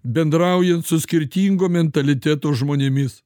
bendraujant su skirtingo mentaliteto žmonėmis